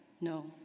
No